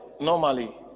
normally